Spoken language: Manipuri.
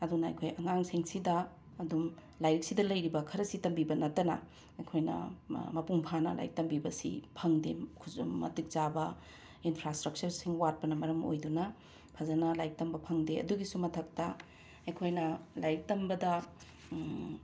ꯑꯗꯨꯅ ꯑꯩꯈꯣꯏ ꯑꯉꯥꯡꯁꯤꯡꯁꯤꯗ ꯑꯗꯨꯝ ꯂꯥꯏꯔꯤꯛꯁꯤꯗ ꯂꯩꯔꯤꯕ ꯈꯔꯁꯤ ꯇꯝꯕꯤꯕ ꯅꯠꯇꯅ ꯑꯩꯈꯣꯏꯅ ꯃ ꯃꯄꯨꯡ ꯐꯥꯅ ꯂꯥꯏꯔꯤꯛ ꯇꯝꯕꯤꯕꯁꯤ ꯐꯪꯗꯦ ꯈꯨꯠꯁꯨ ꯃꯇꯤꯛ ꯆꯥꯕ ꯏꯟꯐ꯭ꯔꯥꯁ꯭ꯇ꯭ꯔꯛꯆꯔꯁꯤꯡ ꯋꯥꯠꯄꯅ ꯃꯔꯝ ꯑꯣꯏꯗꯨꯅ ꯐꯖꯅ ꯂꯥꯏꯔꯤꯛ ꯇꯝꯕ ꯐꯪꯗꯦ ꯑꯗꯨꯒꯤꯁꯨ ꯃꯊꯛꯇ ꯑꯩꯈꯣꯏꯅ ꯂꯥꯏꯔꯤꯛ ꯇꯝꯕꯗ